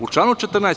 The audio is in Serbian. U članu 14.